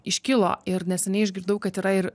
iškilo ir neseniai išgirdau kad yra ir